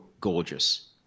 gorgeous